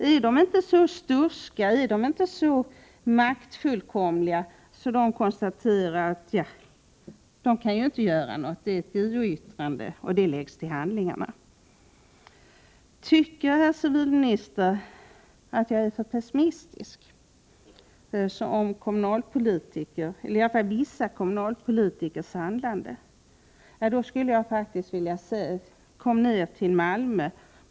Är de inte så sturska och maktfullkomliga att de konstaterar: Ni kan inte göra något, och JO-yttrandet läggs till handlingarna. Tycker herr civilministern jag är pessimistisk beträffande vissa kommunalpolitikers vilja till bättring? Kom då ner till Malmö!